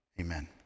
Amen